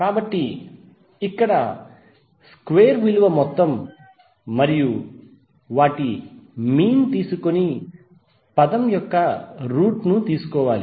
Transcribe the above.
కాబట్టి ఇక్కడ స్క్వేర్ విలువ మొత్తం మరియు వాటి మీన్ తీసుకొని టర్మ్ యొక్క రూట్ తీసుకోవాలి